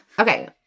okay